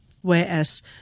whereas